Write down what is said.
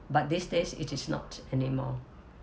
but these days it is not anymore